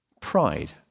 Pride